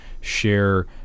share